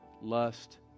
Lust